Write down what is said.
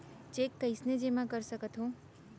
Cheque कईसने जेमा कर सकथो?